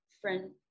friend